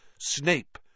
Snape